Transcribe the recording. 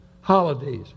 Holidays